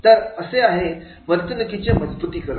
तर असे आहे वर्तणुकीचे मजबुतीकरण